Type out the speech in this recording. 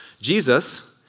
Jesus